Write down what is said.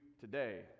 today